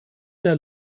der